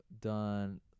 done